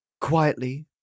Quietly